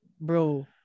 bro